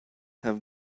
have